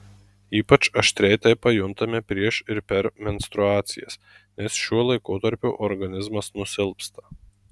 ypač aštriai tai pajuntame prieš ir per menstruacijas nes šiuo laikotarpiu organizmas nusilpsta